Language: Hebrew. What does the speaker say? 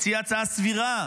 הוא מציע הצעה סבירה,